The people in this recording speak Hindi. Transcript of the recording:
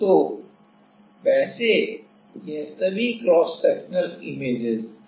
तो वैसे यह सभी क्रॉस सेक्शनल इमेजेज हैं